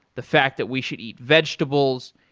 the fact that we should eat vegetables.